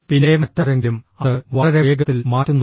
പിന്നെ മറ്റാരെങ്കിലും അത് വളരെ വേഗത്തിൽ മാറ്റുന്നു